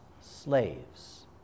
slaves